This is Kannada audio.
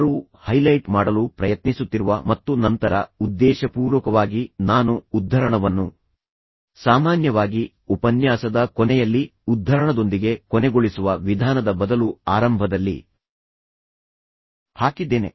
ಅವರು ಹೈಲೈಟ್ ಮಾಡಲು ಪ್ರಯತ್ನಿಸುತ್ತಿರುವ ಮತ್ತು ನಂತರ ಉದ್ದೇಶಪೂರ್ವಕವಾಗಿ ನಾನು ಉದ್ಧರಣವನ್ನು ಸಾಮಾನ್ಯವಾಗಿ ಉಪನ್ಯಾಸದ ಕೊನೆಯಲ್ಲಿ ಉದ್ಧರಣದೊಂದಿಗೆ ಕೊನೆಗೊಳಿಸುವ ವಿಧಾನದ ಬದಲು ಆರಂಭದಲ್ಲಿ ಹಾಕಿದ್ದೇನೆ